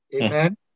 Amen